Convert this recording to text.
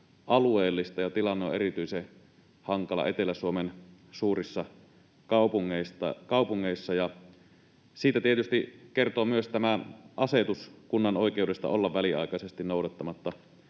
alueellista. Tilanne on erityisen hankala Etelä-Suomen suurissa kaupungeissa, ja siitä tietysti kertoo myös tämä asetus kunnan oikeudesta olla väliaikaisesti noudattamatta